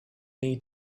need